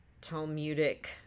Talmudic